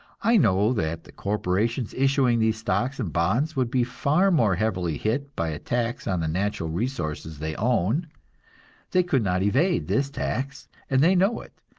i know that the corporations issuing these stocks and bonds would be far more heavily hit by a tax on the natural resources they own they could not evade this tax, and they know it,